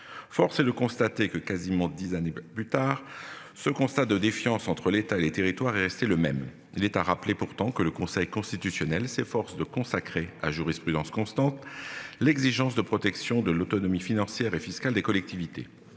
Force est de constater que quasiment 10 années plus tard. Ce constat de défiance entre l'État et les territoires est resté le même. Il est à rappeler pourtant que le Conseil constitutionnel s'efforce de consacrer à jurisprudence constante, l'exigence de protection de l'autonomie financière et fiscale des collectivités.